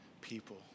people